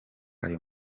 ayo